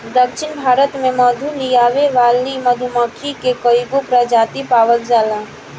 दक्षिण भारत में मधु लियावे वाली मधुमक्खी के कईगो प्रजाति पावल जाला